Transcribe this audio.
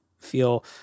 feel